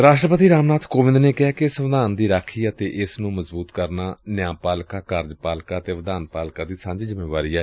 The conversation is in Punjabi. ਰਾਸ਼ਟਰਪਤੀ ਰਾਮ ਨਾਥ ਕੋਵਿੰਦ ਨੇ ਕਿਹੈ ਕਿ ਸੰਵਿਧਾਨ ਦੀ ਰਾਖੀ ਅਤੇ ਇਸ ਨੂੰ ਮਜ਼ਬੁਤ ਕਰਨਾ ਨਿਆਂ ਪਾਲਿਕਾ ਕਾਰਜ ਪਾਲਿਕਾ ਅਤ ਵਿਧਾਨ ਪਾਲਿਕਾ ਦੀ ਸਾਂਝੀ ਜਿੰਮੇਵਾਰੀ ਏ